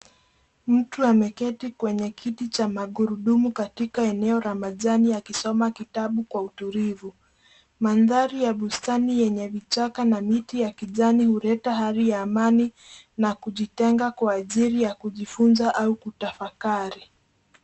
Mtu ameketi kwenye kiti cha magurudumu katika eneo la majani akisoma kitabu kwa utulivu. Mandhari ya bustani yenye vichaka na miti ya kijani huleta hali ya amani na kujitenga kwa ajili ya kujifunza au kutafakari.